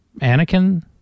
Anakin